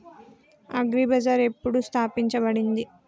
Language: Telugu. అగ్రి బజార్ ఎప్పుడు స్థాపించబడింది?